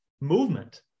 movement